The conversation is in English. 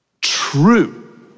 true